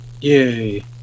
Yay